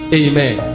amen